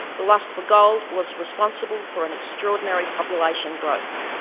the lust for gold was responsible for an extraordinary population growth.